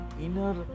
inner